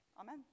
Amen